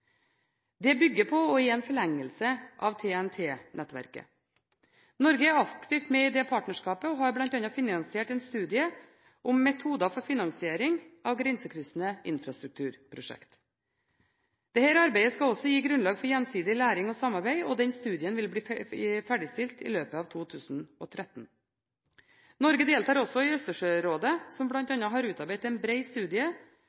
Det bygger på og er en forlengelse av TEN-T-nettverket. Norge er aktivt med i det partnerskapet, og har bl.a. finansiert en studie om metoder for finansiering av grensekryssende infrastrukturprosjekter. Dette arbeidet skal også gi grunnlag for gjensidig læring og samarbeid. Studien vil bli ferdigstilt i løpet av 2013. Norge deltar også i Østersjørådet, som bl.a. har utarbeidet en bred studie